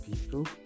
people